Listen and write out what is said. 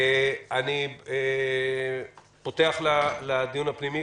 אני פותח את הדיון הפנימי,